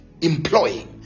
employing